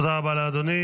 תודה רבה לאדוני.